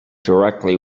directly